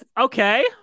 okay